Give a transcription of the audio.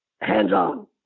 hands-on